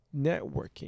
networking